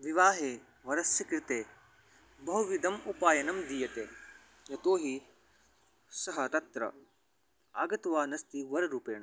विवाहे वरस्य कृते बहुविधम् उपायनं दीयते यतो हि सः तत्र आगतवानस्ति वररूपेण